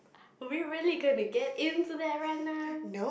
are we really get into get into that right now